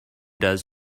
does